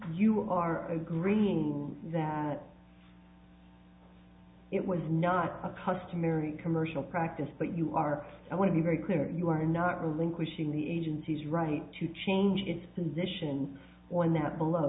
you are agreeing that it was not a customary commercial practice but you are i want to be very clear you are not relinquishing the agency's right to change its position on that below